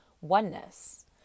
oneness